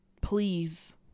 Please